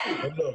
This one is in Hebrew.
כן.